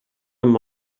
amb